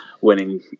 winning